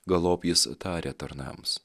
galop jis tarė tarnams